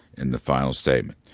in the final statement.